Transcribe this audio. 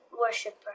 worshipper